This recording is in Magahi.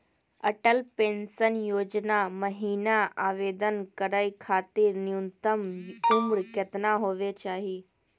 अटल पेंसन योजना महिना आवेदन करै खातिर न्युनतम उम्र केतना होवे चाही?